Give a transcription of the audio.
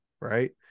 right